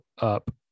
up